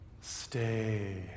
stay